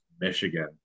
Michigan